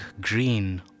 green